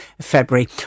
February